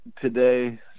today